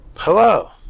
Hello